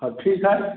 अब ठीक है